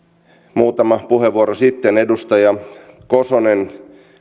muutama puheenvuoro sitten edustaja kosonen